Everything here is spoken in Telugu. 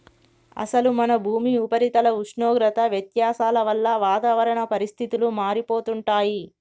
అసలు మన భూమి ఉపరితల ఉష్ణోగ్రత వ్యత్యాసాల వల్ల వాతావరణ పరిస్థితులు మారిపోతుంటాయి